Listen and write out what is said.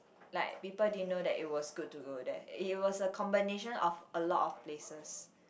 like people didn't know that it was good to go there it was a combination of a lot of places